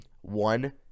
One